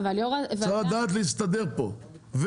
צריך לדעת להסתדר פה,